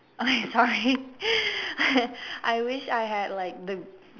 okay sorry I wish I had like the